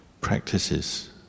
practices